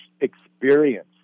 experience